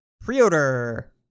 Pre-order